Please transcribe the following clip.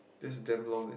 that's damn long eh